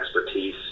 expertise